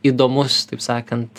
įdomus taip sakant